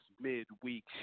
midweek